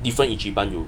different ichiban 有